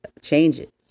Changes